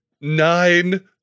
nine